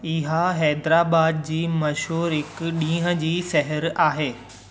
इहा हैदराबाद जी मशहूरु हिकु ॾींहं जी सैर आहे